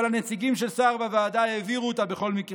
אבל הנציגים של סער בוועדה העבירו אותה בכל מקרה.